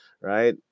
right